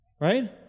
Right